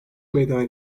meydana